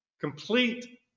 complete